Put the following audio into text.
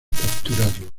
capturarlo